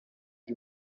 uri